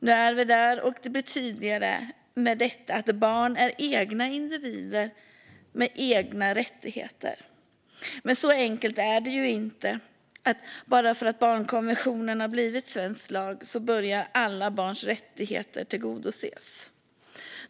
Nu är vi där, och det blir tydligare att barn är egna individer med egna rättigheter. Men det är inte så enkelt att bara för att barnkonventionen har blivit svensk lag börjar alla barns rättigheter att tillgodoses.